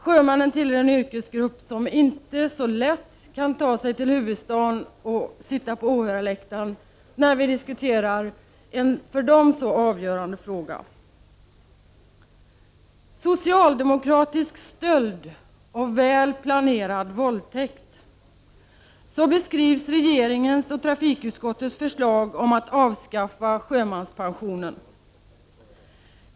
Sjömän är en yrkesgrupp som inte så lätt kan ta sig till huvudstaden och sitta på åhörarläktaren när vi diskuterar en för dem så avgörande fråga. Socialdemokratisk stöld och väl planerad våldtäkt — så beskrivs regeringens och trafikutskottets förslag om att avskaffa sjömanspensionen.